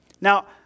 Now